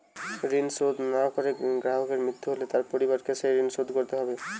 ঋণ শোধ না করে গ্রাহকের মৃত্যু হলে তার পরিবারকে সেই ঋণ শোধ করতে হবে?